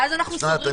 ואז אנחנו --- אוסנת,